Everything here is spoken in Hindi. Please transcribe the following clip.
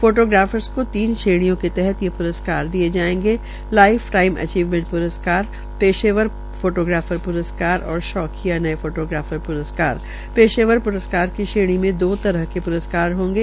फोटोग्राफक्स को तीन श्रेणियों के तहत ये प्रस्कार दिये जायेंगे लाइफ टाइम अचीवमेंट पेशवर फोटोग्राफर प्रस्कार और शौकिया नये फोटोग्राफर प्रस्कार की श्रेणीमें दो तरह कि प्रस्कार होंगे